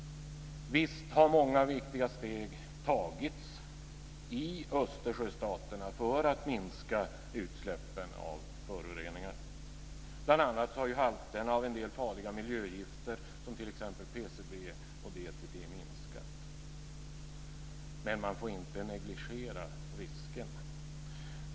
Visst har många viktiga steg tagits i Östersjöstaterna för att minska utsläppen av föroreningar. Bl.a. har halterna av en del farliga miljögifter som t.ex. PCB och DDT minskat. Men man får inte negligera riskerna.